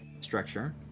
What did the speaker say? structure